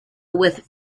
with